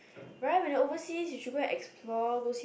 right when we are overseas we should go and explore